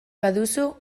baduzu